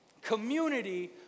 Community